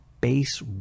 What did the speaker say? base